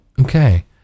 Okay